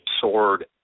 soared